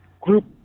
group